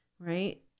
Right